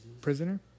Prisoner